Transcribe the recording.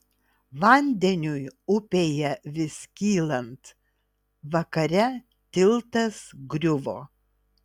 vandeniui upėje vis kylant vakare tiltas griuvo